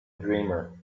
dreamer